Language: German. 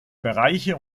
bereiche